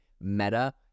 meta